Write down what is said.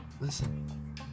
Listen